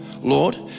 Lord